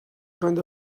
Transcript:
kind